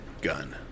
gun